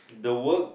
the work